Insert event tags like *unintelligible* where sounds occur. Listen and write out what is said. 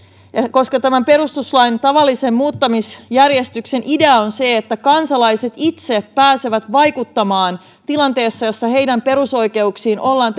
tämän perustuslain tavallisen muuttamisjärjestyksen idea on se että kansalaiset itse pääsevät vaikuttamaan tilanteessa jossa heidän perusoikeuksiinsa ollaan *unintelligible*